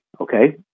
Okay